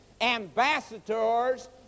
ambassadors